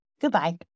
Goodbye